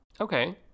Okay